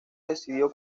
decidió